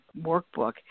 workbook